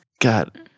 God